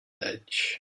ledge